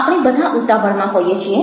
આપણે બધા ઉતાવળમાં હોઈએ છીએ